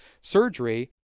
surgery